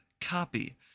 copy